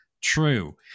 true